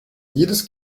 jedes